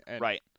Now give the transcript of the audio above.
Right